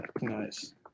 Nice